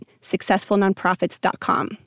SuccessfulNonprofits.com